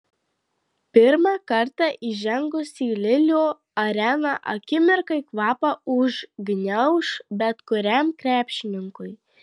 pirmą kartą įžengus į lilio areną akimirkai kvapą užgniauš bet kuriam krepšininkui